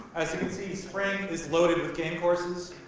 as you can see, spring is loaded with game courses.